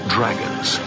Dragons